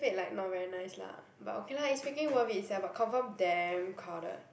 red like not very nice lah but okay lah it's freaking worth it sia but confirm damn crowded